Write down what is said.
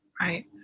right